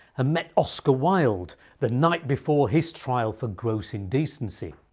met oscar wilde the night before his trial for gross indecency.